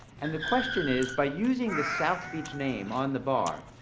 and the question is, by using the south beach name on the bar,